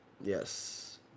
yes